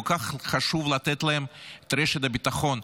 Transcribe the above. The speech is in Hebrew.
כל כך חשוב לתת להם רשת ביטחון.